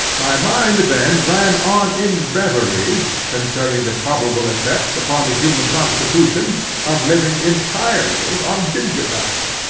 my mind then ran on in reveries concerning the probable effects upon the human constitution of living entirely on ginger-nuts.